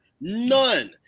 None